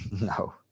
No